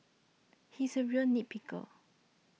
he is a real nit picker